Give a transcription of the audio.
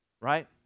Right